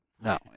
No